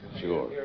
Sure